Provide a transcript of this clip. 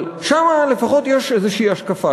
אבל שם לפחות יש איזו השקפה,